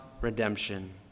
redemption